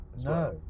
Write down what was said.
No